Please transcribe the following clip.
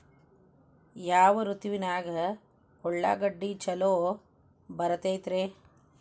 ಯಾವ ಋತುವಿನಾಗ ಉಳ್ಳಾಗಡ್ಡಿ ಛಲೋ ಬೆಳಿತೇತಿ ರೇ?